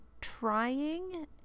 trying